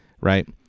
right